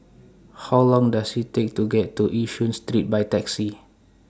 How Long Does IT Take to get to Yishun Street By Taxi